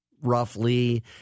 roughly